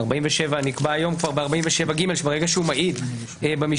נקבע היום ב-47(ג) שברגע שהוא מעיד במשפט,